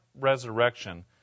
resurrection